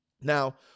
Now